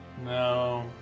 No